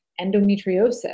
endometriosis